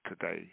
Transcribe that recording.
today